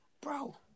Bro